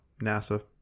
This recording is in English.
NASA